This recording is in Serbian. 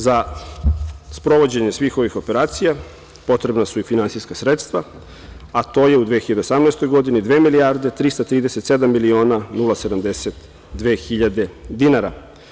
Za sprovođenje svih ovih operacija potrebna su i finansijska sredstva, a to je u 2018. godini dve milijarde 337 miliona i 72 hiljade dinara.